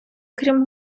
крім